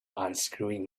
unscrewing